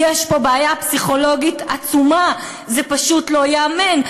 יש פה בעיה פסיכולוגית עצומה, זה פשוט לא ייאמן.